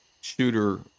shooter